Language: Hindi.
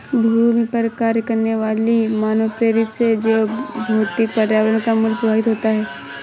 भूमि पर कार्य करने वाली मानवप्रेरित से जैवभौतिक पर्यावरण का मूल्य प्रभावित होता है